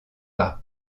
par